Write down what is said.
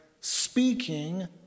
speaking